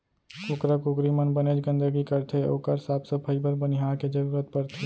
कुकरा कुकरी मन बनेच गंदगी करथे ओकर साफ सफई बर बनिहार के जरूरत परथे